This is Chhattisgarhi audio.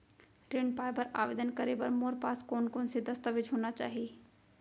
ऋण पाय बर आवेदन करे बर मोर पास कोन कोन से दस्तावेज होना चाही?